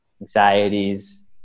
anxieties